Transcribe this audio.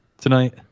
tonight